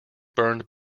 burned